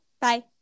Bye